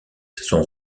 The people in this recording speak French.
sont